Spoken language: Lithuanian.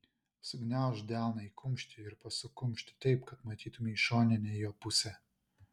sugniaužk delną į kumštį ir pasuk kumštį taip kad matytumei šoninę jo pusę